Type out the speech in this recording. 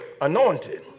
anointed